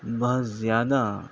بہت زیادہ